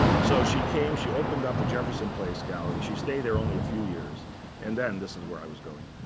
so she came. she opened up the jefferson place gallery. she stayed there only a few years and then this is where i was going.